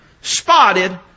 spotted